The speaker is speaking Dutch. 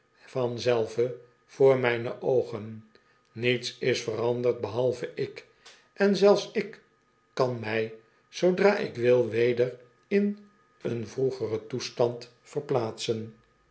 vanzelve voor mijne oogen niets is veranderd behalve ik en zelfs ik kan mij zoodra ik wil weder in een vroegeren toestand verplaatsen